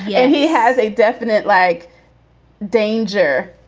yeah he has a definite, like danger.